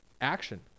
action